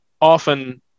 often